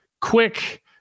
quick